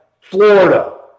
Florida